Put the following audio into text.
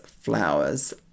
Flowers